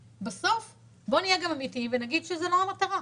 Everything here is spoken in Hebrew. בסוף בואו נהיה גם אמיתיים ונגיד שזו לא המטרה,